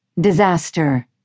Disaster